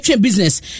business